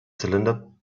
cylinder